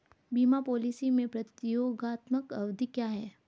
बीमा पॉलिसी में प्रतियोगात्मक अवधि क्या है?